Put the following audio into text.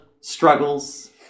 struggles